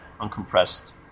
uncompressed